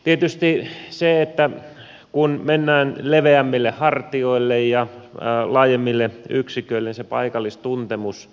tietysti kun mennään leveämmille hartioille ja laajempiin yksiköihin se paikallistuntemus